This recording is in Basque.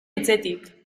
etxetik